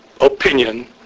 opinion